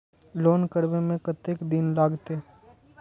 Loan करबे में कतेक दिन लागते?